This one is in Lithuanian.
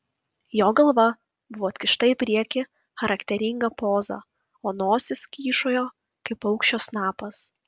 jo galva buvo atkišta į priekį charakteringa poza o nosis kyšojo kaip paukščio snapas